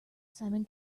simon